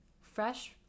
Fresh